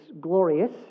glorious